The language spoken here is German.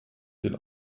den